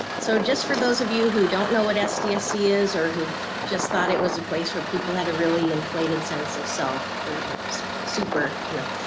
so just for those of you who don't know what sdsc is or who just thought it was a place where people had a really inflated sense of self we're super you know